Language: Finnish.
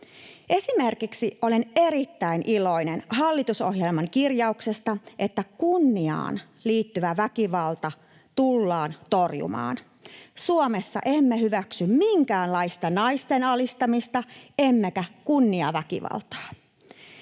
Esimerkiksi olen erittäin iloinen hallitusohjelman kirjauksesta, että kunniaan liittyvä väkivalta tullaan torjumaan. Suomessa emme hyväksy minkäänlaista naisten alistamista emmekä kunniaväkivaltaa.